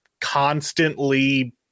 constantly